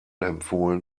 empfohlen